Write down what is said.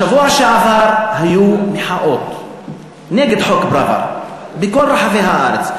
בשבוע שעבר היו מחאות נגד חוק פראוור בכל רחבי הארץ,